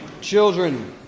Children